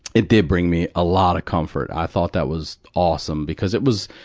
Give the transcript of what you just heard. it did bring me a lot of comfort. i thought that was awesome. because it was,